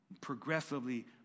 progressively